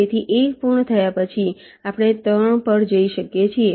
તેથી 1 પૂર્ણ થયા પછી આપણે 3 પર જઈ શકીએ છીએ